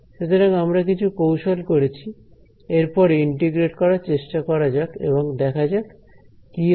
সুতরাং আমরা কিছু কৌশল করেছি এরপরে ইন্টিগ্রেট করার চেষ্টা করা যাক এবং দেখা যাক কি হয়